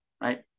right